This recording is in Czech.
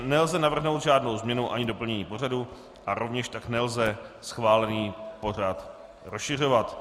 Nelze navrhnout žádnou změnu ani doplnění pořadu a rovněž tak nelze schválený pořad rozšiřovat.